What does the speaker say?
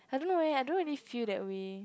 I don't know leh I don't know if they feel that way